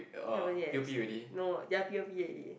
haven't yet no ya p_o_p already